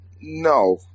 No